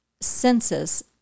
senses